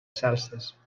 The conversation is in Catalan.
salses